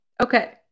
Okay